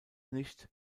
nicht